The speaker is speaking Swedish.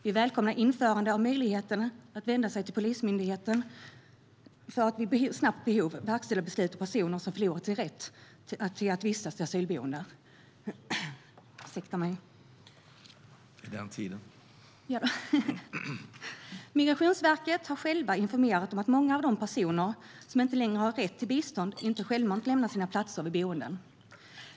Vi välkomnar införandet av möjligheten att vända sig till Polismyndigheten för att vid snabbt behov verkställa beslut mot personer som förlorat sin rätt att vistas vid asylboenden. Migrationsverket har informerat om att många av de personer som inte längre har rätt till bistånd inte självmant lämnar sina platser vid boenden.